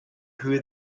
who